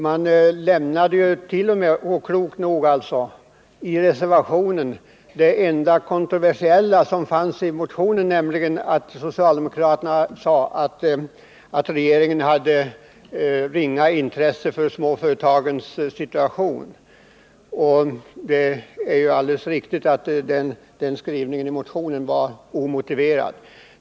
Man utelämnade ju i reservationen, klokt nog, det enda kontroversiella i motionen, nämligen den del där socialdemokraterna hävdade att regeringen hade ringa intresse för småföretagens situation. Det är ju alldeles riktigt att den skrivningen i motionen var omotiverad.